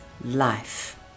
life